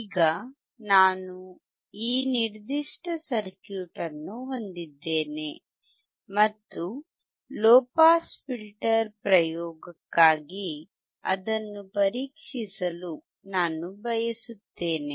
ಈಗ ನಾನು ಈ ನಿರ್ದಿಷ್ಟ ಸರ್ಕ್ಯೂಟ್ ಅನ್ನು ಹೊಂದಿದ್ದೇನೆ ಮತ್ತು ಲೊ ಪಾಸ್ ಫಿಲ್ಟರ್ ಪ್ರಯೋಗಕ್ಕಾಗಿ ಅದನ್ನು ಪರೀಕ್ಷಿಸಲು ನಾನು ಬಯಸುತ್ತೇನೆ